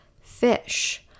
fish